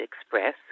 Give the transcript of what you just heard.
Express